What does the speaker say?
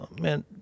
man